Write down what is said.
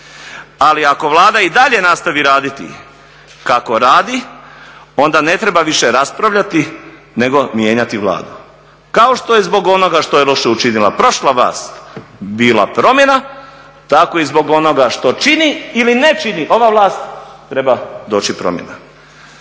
Ali ako Vlada i dalje nastavi radit kako radi onda ne treba više raspravljati nego mijenjati Vladu. Kako što je zbog onoga što je loše učinila prošla vlast bila promjena tako i zbog onog što čini ili ne čini ova vlast treba doći promjena.